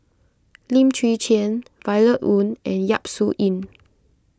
Lim Chwee Chian Violet Oon and Yap Su Yin